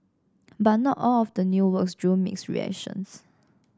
but not all of the new works drew mixed reactions